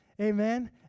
Amen